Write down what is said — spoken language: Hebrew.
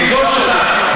נפגוש אותם,